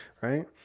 Right